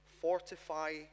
Fortify